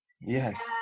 Yes